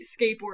skateboard